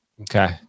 Okay